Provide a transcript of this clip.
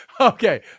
Okay